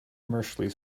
commercially